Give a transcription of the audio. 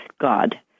God